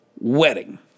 wedding